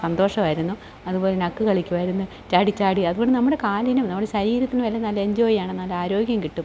സന്തോഷമായിരുന്നു അതുപോലെതന്നെ അക്ക് കളിക്കുമായിരിന്നഉഉ ചാടിച്ചാടി അതുകൊണ്ട് നമ്മുടെ കാലിനും നമ്മുടെ ശരീരത്തിനും എല്ലാം നല്ല എഞ്ചോയ് ആണ് നല്ല ആരോഗ്യം കിട്ടും